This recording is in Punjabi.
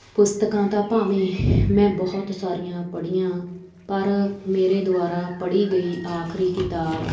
ਪੁਸਤਕਾਂ ਤਾਂ ਭਾਵੇਂ ਮੈਂ ਬਹੁਤ ਸਾਰੀਆਂ ਪੜ੍ਹੀਆਂ ਪਰ ਮੇਰੇ ਦੁਆਰਾ ਪੜ੍ਹੀ ਗਈ ਆਖਰੀ ਕਿਤਾਬ